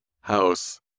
house